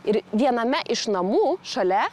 ir viename iš namų šalia